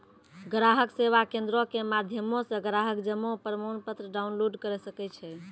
ग्राहक सेवा केंद्रो के माध्यमो से ग्राहक जमा प्रमाणपत्र डाउनलोड करे सकै छै